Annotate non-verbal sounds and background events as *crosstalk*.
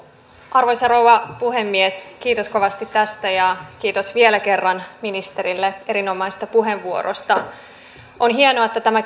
arvoisa rouva puhemies kiitos kovasti tästä ja kiitos vielä kerran ministerille erinomaisesta puheenvuorosta on hienoa että tämä *unintelligible*